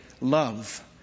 love